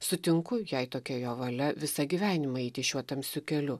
sutinku jei tokia jo valia visą gyvenimą eiti šiuo tamsiu keliu